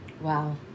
Wow